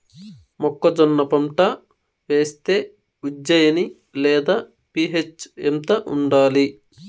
మొక్కజొన్న పంట వేస్తే ఉజ్జయని లేదా పి.హెచ్ ఎంత ఉండాలి?